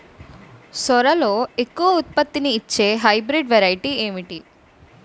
సోరలో ఎక్కువ ఉత్పత్తిని ఇచే హైబ్రిడ్ వెరైటీ ఏంటి?